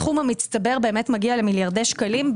הסכום המצטבר מגיע למיליארדי שקלים,